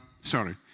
sorry